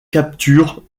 capturent